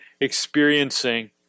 experiencing